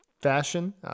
Fashion